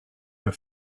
are